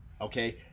okay